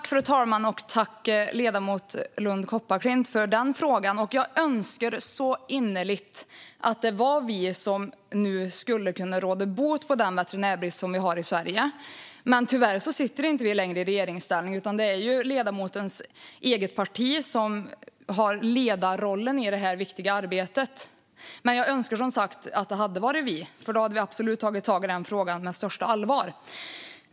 Fru talman! Tack, ledamoten Lund Kopparklint, för frågan! Jag önskar innerligt att det var vi som nu skulle kunna råda bot på den veterinärbrist som vi har i Sverige, men tyvärr sitter vi inte längre i regeringsställning. Det är ledamotens eget parti som har ledarrollen i detta viktiga arbete. Men jag önskar som sagt att det hade varit vi, för då hade vi absolut tagit tag i frågan på största allvar.